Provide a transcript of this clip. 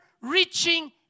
Reaching